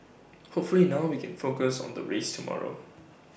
hopefully now we can focus on the race tomorrow